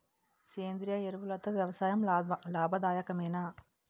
సేంద్రీయ ఎరువులతో వ్యవసాయం లాభదాయకమేనా?